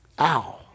Ow